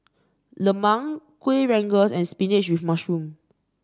lemang Kueh Rengas and spinach with mushroom